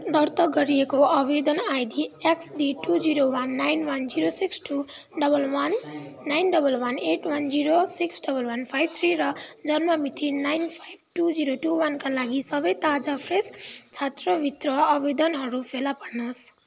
दर्ता गरिएको आवेदन ID X D two zero one nine one zero six two double one nine double one eight one zero six double one five three र जन्म मिति nine five two zero two वानका लागि सबै ताजा फ्रेस छात्रवृत्ति आवेदनहरू फेला पार्नुहोस्